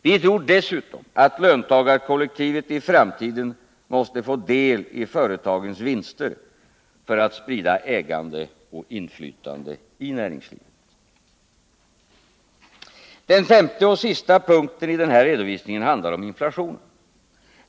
Vi tror dessutom att löntagarkollektivet i framtiden måste få del i företagens vinster för att sprida ägande och inflytande i näringslivet. Den femte och sista punkten i den här redovisningen handlar om inflationen.